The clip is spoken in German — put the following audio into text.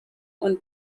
und